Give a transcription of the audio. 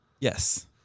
Yes